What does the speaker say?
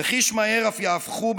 וחיש מהר אף "יהפכו",